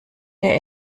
der